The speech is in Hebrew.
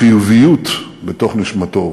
חיוביות בתוך נשמתו.